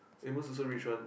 Amos also rich one